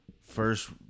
first